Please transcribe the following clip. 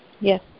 Yes